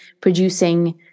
producing